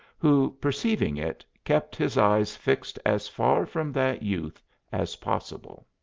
who, perceiving it, kept his eyes fixed as far from that youth as possible.